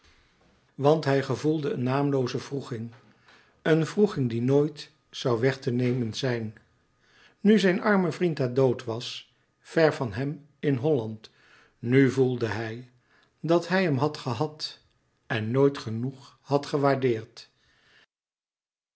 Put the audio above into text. want hij gevoelde een naamlooze wroeging een wroeging die nooit zoû weg te nemen zijn louis couperus metamorfoze nu zijn arme vriend daar dood was ver van hem in holland nu voelde hij dat hij hem had gehad en nooit genoeg had gewaardeerd